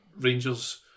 Rangers